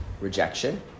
rejection